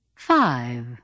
Five